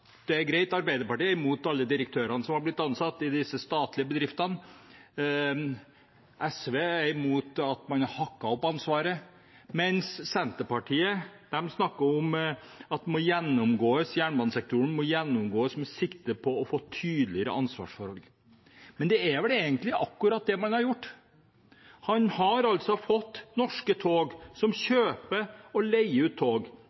Arbeiderpartiet er mot alle direktørene som har blitt ansatt i disse statlige bedriftene, SV er mot at man har hakket opp ansvaret, mens Senterpartiet snakker om at man må gå gjennom jernbanesektoren med sikte på å få tydeligere ansvarsforhold. Men det er vel egentlig akkurat det man har gjort. Man har fått Norske Tog, som kjøper og leier ut tog,